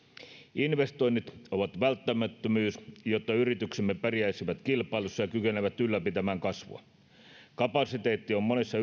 investoinnit ovat välttämättömyys jotta yrityksemme pärjäisivät kilpailussa ja kykenisivät ylläpitämän kasvua kapasiteetti on monessa